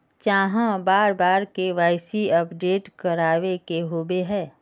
चाँह बार बार के.वाई.सी अपडेट करावे के होबे है?